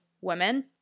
women